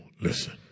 listen